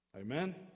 amen